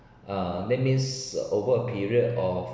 uh that means over a period of